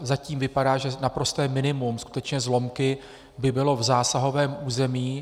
Zatím to vypadá, že naprosté minimum, skutečně zlomky, by bylo v zásahovém území.